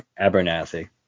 Abernathy